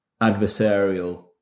adversarial